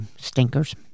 stinkers